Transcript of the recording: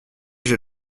j’ai